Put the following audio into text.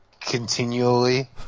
continually